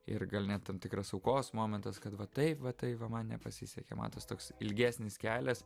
ir gal net tam tikras aukos momentas kad va taip va tai va man nepasisekė matos toks ilgesnis kelias